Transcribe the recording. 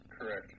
Correct